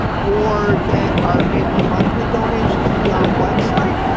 or that are making monthly donations via our website,